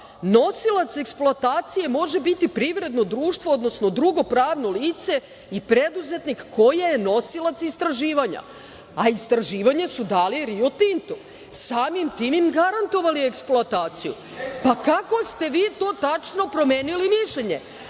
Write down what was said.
nosilac eksploatacije može biti privredno društvo odnosno drugo pravno lice i preduzetnik koje je nosilac istraživanja. Istraživanja su dali "Rio Tintu". Samim tim i garantovali eksploataciju. Pa, kako ste vi to tačno promenili mišljenje?I